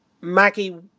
Maggie